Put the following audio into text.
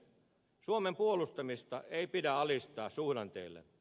suomen puolustamista ei pidä alistaa suhdanteille